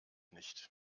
nicht